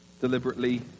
deliberately